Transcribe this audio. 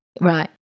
Right